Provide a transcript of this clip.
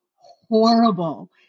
horrible